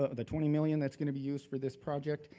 ah the twenty million that's gonna be used for this project,